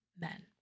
men